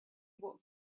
walked